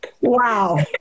Wow